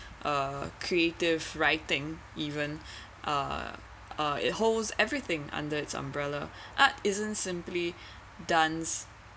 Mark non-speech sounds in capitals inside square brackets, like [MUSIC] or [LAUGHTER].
uh creative writing even uh it holds everything under its umbrella [BREATH] art isn't simply dance